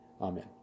Amen